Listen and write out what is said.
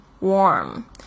warm